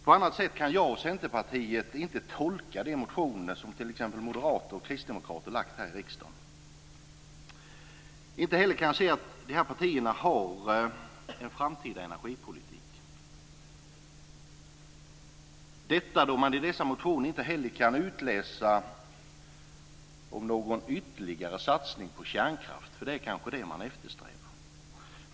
På annat sätt kan jag och Centerpartiet inte tolka de motioner som t.ex. moderater och kristdemokrater har väckt här i riksdagen. Jag kan inte heller se att dessa partier har en framtida energipolitik; detta då man i dessa motioner inte kan utläsa någon ytterligare satsning på kärnkraft, för det är kanske det som man eftersträvar.